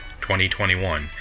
2021